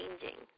changing